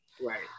Right